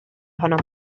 ohonom